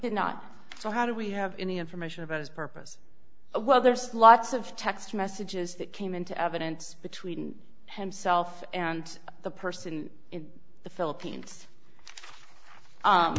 did not so how do we have any information about his purpose well there's lots of text messages that came into evidence between himself and the person in the philippines